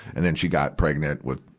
and then she got pregnant with,